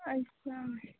अच्छा